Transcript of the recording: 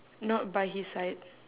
not by his side